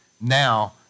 now